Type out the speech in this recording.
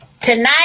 tonight